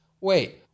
wait